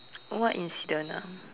what incident ah